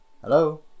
Hello